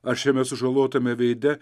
ar šiame sužalotame veide